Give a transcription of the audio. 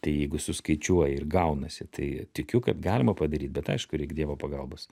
tai jeigu suskaičiuoji ir gaunasi tai tikiu kad galima padaryt bet aišku reik dievo pagalbos